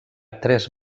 tres